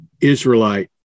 Israelite